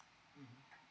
mmhmm